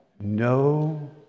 no